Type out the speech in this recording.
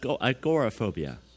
agoraphobia